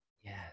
Yes